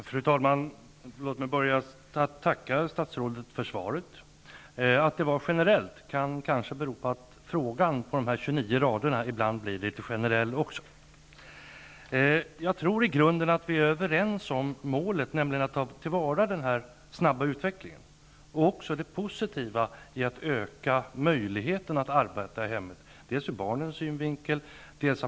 Fru talman! Låt mig börja med att tacka statsrådet för svaret. Att det var generellt kan kanske bero på att en fråga på 29 rader också blir litet generell ibland. Jag tror att vi i grunden är överens om målet, nämligen att ta till vara den snabba utvecklingen och även det positiva i att öka möjligheterna att arbeta i hemmet. Det är positivt även ur barnens synvinkel.